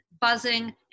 buzzing